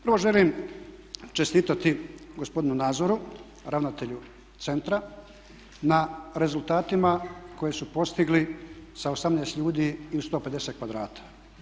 Prvo želim čestitati gospodinu Nazoru, ravnatelju centra na rezultatima koje su postigli sa 18 ljudi i u 150 kvadrata.